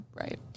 Right